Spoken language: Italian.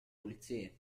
pulizie